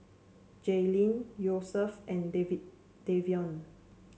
Jaelyn Yosef and David Davion